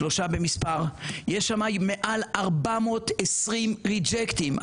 שלושה במספר; יש שם מעל 420 ריג'קטים.